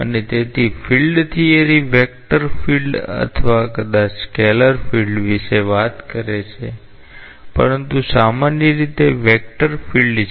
અને તેથી field theory vector field અથવા કદાચ સ્કેલર ફિલ્ડ વિશે વાત કરે છે પરંતુ સામાન્ય રીતે વેક્ટર ફિલ્ડ છે